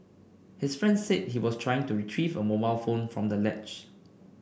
his friend said he was trying to retrieve a mobile phone from the ledge